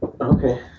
Okay